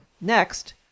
Next